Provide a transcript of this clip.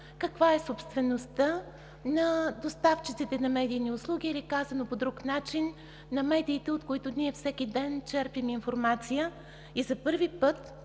каква е собствеността на доставчиците на медийни услуги или казано по друг начин – на медиите, от които всеки ден черпим информация. За първи път